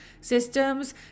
Systems